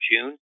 June